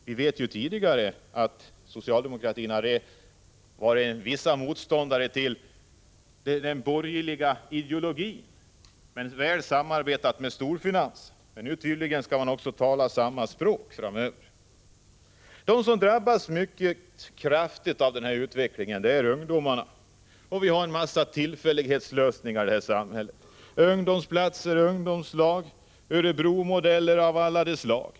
Vi vet ju att socialdemokratin tidigare har varit motståndare till den borgerliga ideologin men väl samarbetat med storfinansen. Nu skall man tydligen också tala samma språk framöver. De som drabbas mycket kraftigt av denna utveckling är ungdomarna. Vi har en mängd tillfällighetslösningar i det här samhället — ungdomsplatser, ungdomslag, Örebromodeller av alla de slag.